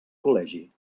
col·legi